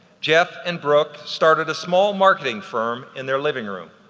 jeff and brooke started a small marketing firm in their living room.